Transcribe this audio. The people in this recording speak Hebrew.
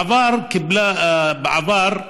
בעבר,